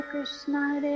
Krishna